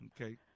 Okay